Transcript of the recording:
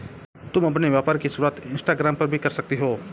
तुम अपने व्यापार की शुरुआत इंस्टाग्राम पर भी कर सकती हो